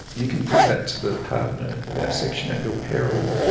you can put that to the partner of our section at your peril.